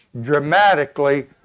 dramatically